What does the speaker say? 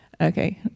Okay